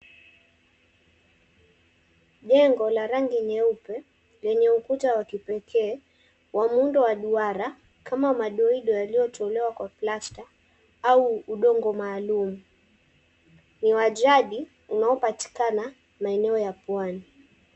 Jengo la rangi nyeupe yenye ukuta wa kipekee wa muundo wa duara kama madoido yaliyotolewa kwa plasta au udongo maalumu. Ni wa jadi unaopatikana maeneo ya pwani.